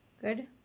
Good